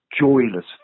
joyless